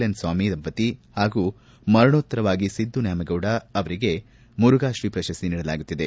N Swamy ದಂಪತಿ ಹಾಗೂ ಮರಣೋತ್ತರವಾಗಿ ಸಿದ್ದು ನ್ವಾಮೇಗೌಡ ಅವರಿಗೆ ಮುರುಘಾತ್ರೀ ಪ್ರಶಸ್ತಿ ನೀಡಲಾಗುತ್ತಿದೆ